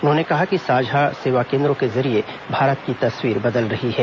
उन्होंने कहा कि साझा सेवा केन्द्रों के जरिये भारत की तस्वीर बदल रही है